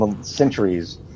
centuries